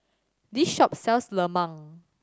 this shop sells lemang